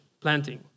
planting